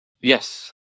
Yes